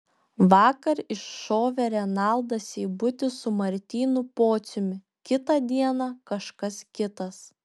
vakar iššovė renaldas seibutis su martynu pociumi kitą dieną kažkas kitas